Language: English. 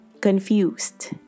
confused